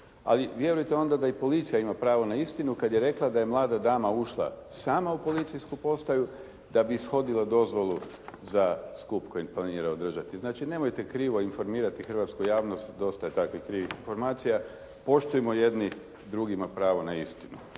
Ali vjerujte onda da i policija ima pravo na svoju istinu kad je rekla da je mlada dama sama ušla u policijsku postaju da bi ishodila dozvolu za skup koji planiraju održati. Znači, nemojte krivo informirati hrvatsku javnost, dosta je takvih krivih informacija. Poštujmo jedni drugima pravo na istinu.